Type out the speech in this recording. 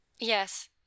Yes